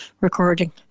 recording